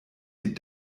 die